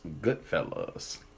Goodfellas